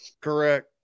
Correct